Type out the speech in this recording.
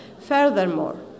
Furthermore